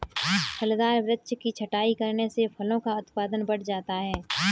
फलदार वृक्ष की छटाई करने से फलों का उत्पादन बढ़ जाता है